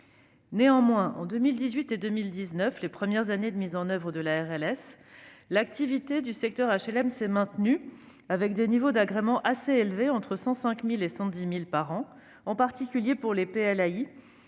Pourtant, en 2018 et 2019, soit les premières années de mise en oeuvre de la RLS, l'activité du secteur HLM s'est maintenue, les niveaux d'agrément ayant été assez élevés, entre 105 000 et 110 000 par an, en particulier pour les PLAI.